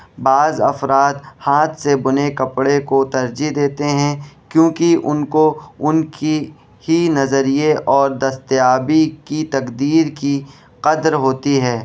بعض افراد ہاتھ سے بنے کپڑے کو ترجیح دیتے ہیں کیونکہ ان کو ان کی ہی نظریے اور دستیابی کی تقدیر کی قدر ہوتی ہے